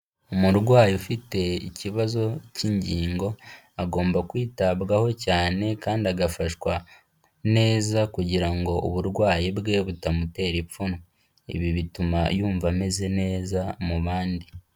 Umurwayi ufite ikibazo cy'ingingo, agomba kwitabwaho cyane kandi agafashwa neza kugira ngo uburwayi bwe butamutera ipfunwe. Ibi bituma yumva ameze neza mu bandi.